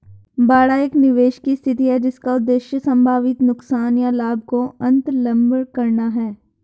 बाड़ा एक निवेश की स्थिति है जिसका उद्देश्य संभावित नुकसान या लाभ को अन्तर्लम्ब करना है